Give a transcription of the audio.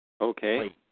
Okay